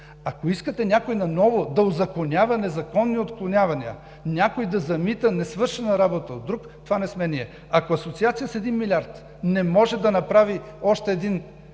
Ако искате някой наново да узаконява незаконни отклонявания, някой да замита несвършена работа от друг, това не сме ние. Ако Асоциация с 1 милиард не може да направи още един